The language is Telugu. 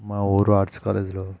మా ఊరు ఆర్ట్స్ కాలేజీలో